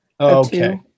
Okay